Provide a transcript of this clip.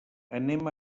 anem